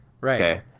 Right